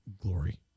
glory